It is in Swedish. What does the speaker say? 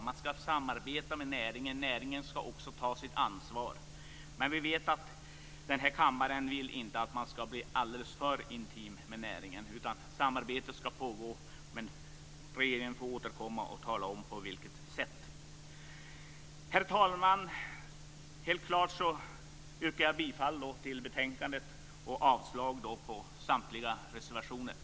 Man ska samarbeta med näringen. Näringen ska också ta sitt ansvar. Men vi vet att vi i den här kammaren inte vill att man ska bli alldeles för intim med näringen. Samarbetet ska pågå, men regeringen får återkomma och tala om på vilket sätt. Herr talman! Jag yrkar helt klart bifall till hemställan i betänkandet och avslag på samtliga reservationer. Tack!